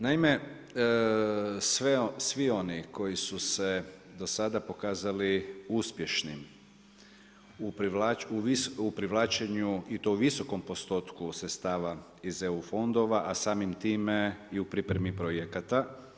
Naime, svi oni koji su se do sada pokazali uspješnim u privlačenju i to u visokom postotku sredstava iz EU fondova a samim time i u pripremi projekata.